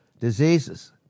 diseases